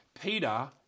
Peter